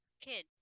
Kid